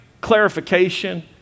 clarification